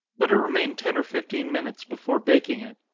let it remain ten or fifteen minutes before baking it.